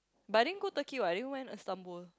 but I didn't go Turkey what I didn't went Istanbul